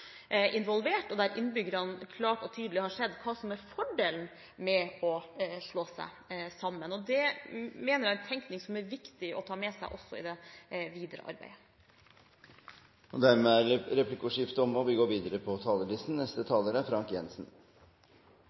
involvert, og der innbyggerne klart og tydelig har sett hva som er fordelen med å slå seg sammen. Det mener jeg er en tenkning som er viktig å ta med seg også i det videre arbeidet. Dermed er replikkordskiftet omme. I dag vedtar Stortinget startskuddet for en kommunereform som innebærer den største modernisering av offentlig sektor på